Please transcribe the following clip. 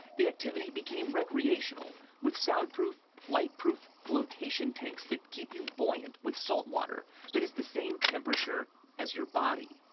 the activity became recreational, with soundproof, lightproof flotation tanks that keep you buoyant with salt water that is the same temperature as your body.